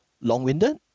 long-winded